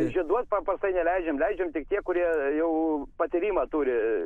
žieduoti paprastai neleidžiam leidžiame tik tie kurie jau patyrimą turi